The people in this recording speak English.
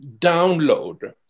download